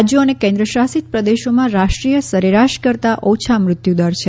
રાજ્યો અને કેન્દ્રશાસિત પ્રદેશોમાં રાષ્ટ્રીય સરેરાશ કરતા ઓછા મૃત્યુદર છે